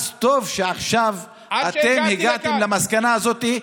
טוב שעכשיו אתם הגעתם למסקנה הזאת,